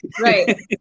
Right